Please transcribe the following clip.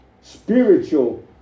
spiritual